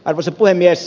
arvoisa puhemies